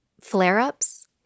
flare-ups